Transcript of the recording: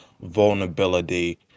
vulnerability